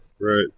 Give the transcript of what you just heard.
Right